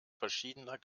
verschiedener